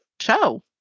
show